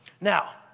Now